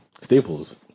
Staples